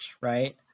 right